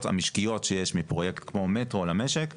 המשקיות שיש מפרויקט כמו מטרו למשק,